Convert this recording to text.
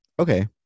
Okay